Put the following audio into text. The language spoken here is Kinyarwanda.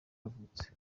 yavutse